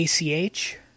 ACH